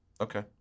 Okay